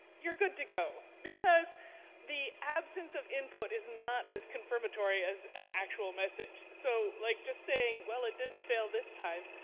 you're good to go. because the absence of input is not as confirmatory as an actual message. so like just saying, well it didn't fail this time.